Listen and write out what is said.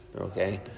Okay